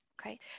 Okay